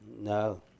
no